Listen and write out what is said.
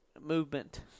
movement